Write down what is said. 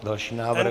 Další návrh?